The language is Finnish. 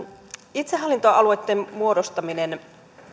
itsehallintoalueitten muodostaminen